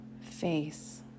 face